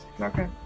Okay